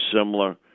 similar